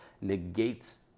negates